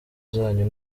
zanyu